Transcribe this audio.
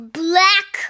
black